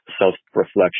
self-reflection